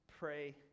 Pray